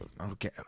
Okay